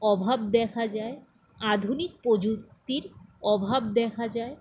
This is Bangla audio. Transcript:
অভাব দেখা যায় আধুনিক প্রযুক্তির অভাব দেখা যায়